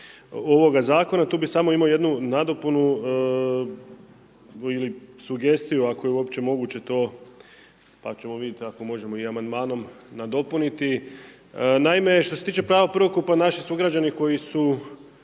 ovoga zakona, tu bi samo imao jednu nadopunu ili sugestiju, ako je uopće moguće to, pa ćemo vidjeti ako možemo i amandmanom nadopuniti. Naime što se tiče prava prvokupa, naši sugrađani koji su